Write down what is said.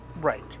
Right